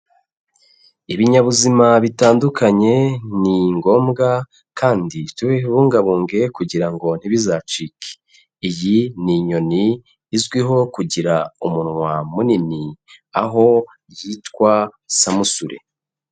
Ibinyabuzima bitandukanye, ni ngombwa kandi tubibungabunge kugira ngo ntibizacike, iyi ni inyoni izwiho kugira umunwa munini aho yitwa samusure.